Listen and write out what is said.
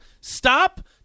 Stop